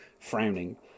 frowning